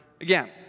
again